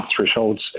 thresholds